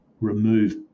remove